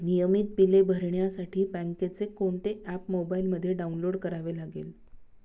नियमित बिले भरण्यासाठी बँकेचे कोणते ऍप मोबाइलमध्ये डाऊनलोड करावे लागेल?